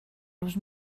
los